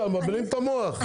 הם מבלבלים את המוח,